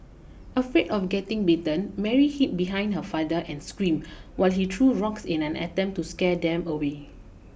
afraid of getting bitten Mary hid behind her father and screamed while he threw rocks in an attempt to scare them away